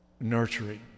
Nurturing